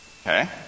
Okay